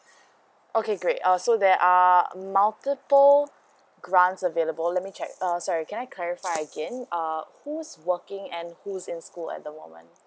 okay great uh so there are multiple grant available let me check err sorry can I clarify again err who's working and who's in school at the moment